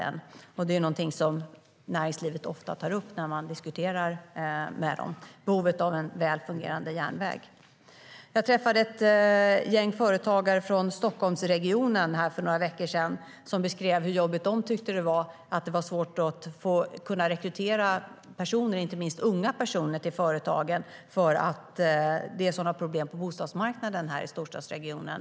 Behovet av en väl fungerande järnväg är någonting som näringslivet ofta tar upp när man diskuterar med dem. Jag träffade ett gäng företagare från Stockholmsregionen för några veckor sedan. De beskrev hur jobbigt de tyckte det var att rekrytera inte minst unga personer till företagen, eftersom det är sådana problem på bostadsmarknaden här i storstadsregionen.